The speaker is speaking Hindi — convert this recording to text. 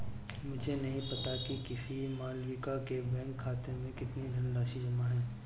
मुझे नही पता कि किसी मालविका के बैंक खाते में कितनी धनराशि जमा है